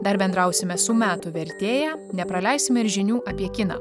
dar bendrausime su metų vertėja nepraleisime ir žinių apie kiną